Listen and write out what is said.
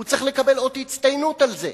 הוא צריך לקבל אות הצטיינות על זה,